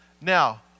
Now